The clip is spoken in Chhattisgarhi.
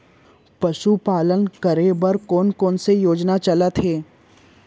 पशुपालन करे बर कोन से योजना चलत हे?